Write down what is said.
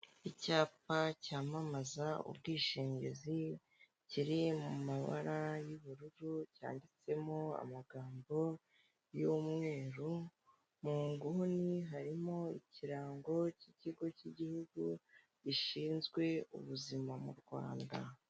Icyapa cyamamaza ubwishingizi kiri mu mabara y'ubururu cyanditsemo amagambo y'umweru, mu nguni harimo ikirango cy'ikigo cy'Igihugu gishinzwe ubuzima mu Rwanda.